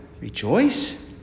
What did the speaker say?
rejoice